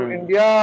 India